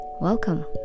Welcome